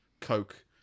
Coke